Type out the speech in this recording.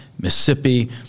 Mississippi